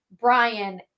Brian